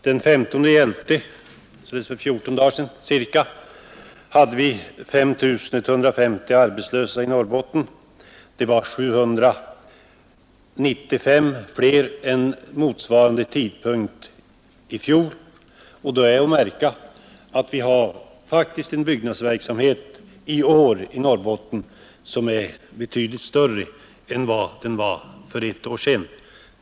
Den 15 november hade vi 5 150 arbetslösa i Norrbotten, vilket är 795 flera än vid motsvarande tidpunkt i fjol. Då är att märka att vi i år i Norrbotten har en byggnadsverksamhet som är betydligt större än vad den var för ett år sedan.